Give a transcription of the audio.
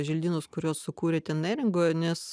želdynus kuriuos sukūrėte neringoj nes